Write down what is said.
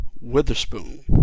Witherspoon